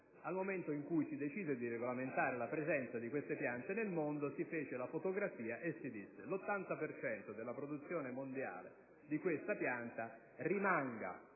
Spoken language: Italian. Al momento in cui si decise di regolamentare la presenza di queste piante nel mondo si fece la fotografia e si disse che l'80 per cento della produzione mondiale di questa pianta doveva